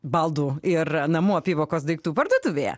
baldų ir namų apyvokos daiktų parduotuvėje